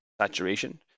saturation